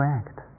act